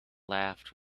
laughed